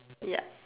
ya